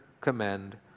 commend